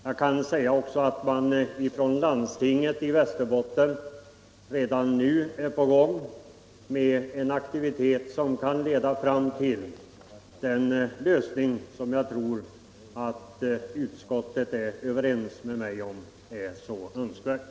Jag kan också säga att landstinget i Västerbotten redan nu är på gång med en aktivitet som kan leda fram till den lösning som jag tror att utskottet är överens med mig om är så önskvärd.